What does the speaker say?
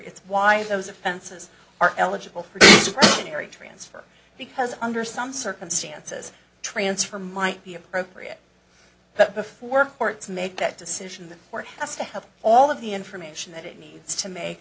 it's why those offenses are eligible for terry transfer because under some circumstances transfer might be appropriate but before courts make that decision the court has to have all of the information that it needs to make